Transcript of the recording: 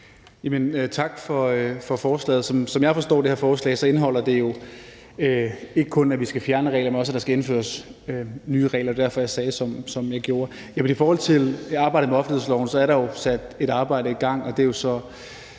Tak for spørgsmålet. Som jeg har forstået det her forslag, indeholder det jo ikke kun, at vi skal fjerne regler, men også at der skal indføres nye regler. Det var derfor, jeg sagde, som jeg gjorde. I forhold til arbejdet med offentlighedsloven er der jo sat et arbejde i gang,